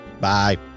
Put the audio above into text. Bye